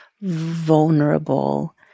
vulnerable